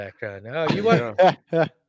background